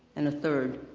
and the third,